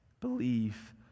Believe